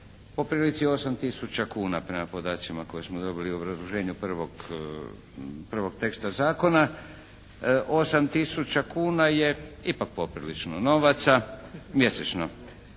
po prilici 8 tisuća kuna prema podacima koje smo dobili u obrazloženju prvog teksta zakona. Osam tisuća kuna je ipak poprilično novaca, mjesečno.